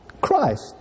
Christ